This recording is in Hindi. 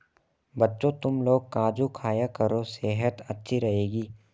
बच्चों, तुमलोग काजू खाया करो सेहत अच्छी रहेगी